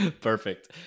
Perfect